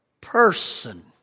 person